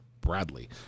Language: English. Bradley